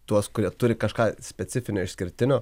tuos kurie turi kažką specifinio išskirtinio